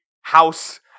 House